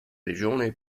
regione